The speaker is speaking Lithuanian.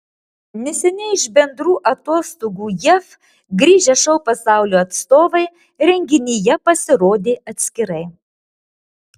neseniai iš bendrų atostogų jav grįžę šou pasaulio atstovai renginyje pasirodė atskirai